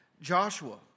Joshua